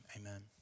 amen